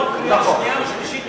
העברנו חוק בקריאה שנייה ושלישית,